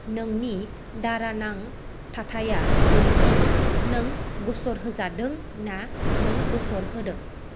नोंनि दारानां थाथाइया बेनोदि नों गसर होजादों ना नों गसर होदों